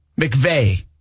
McVeigh